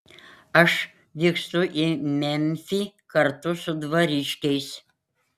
aš vykstu į memfį kartu su dvariškiais